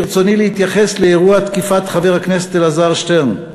ברצוני להתייחס לאירוע תקיפת חבר הכנסת אלעזר שטרן.